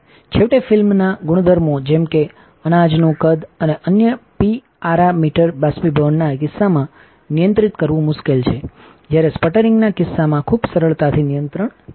છેવટે ફિલ્મના ગુણધર્મો જેમ કે અનાજનું કદ અને અન્ય પીઆરામીટર બાષ્પીભવનના કિસ્સામાં નિયંત્રિત કરવું મુશ્કેલ છે જ્યારે સ્પટરિંગના કિસ્સામાં ખૂબ સરળતાથી નિયંત્રિત થાય છે